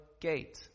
gate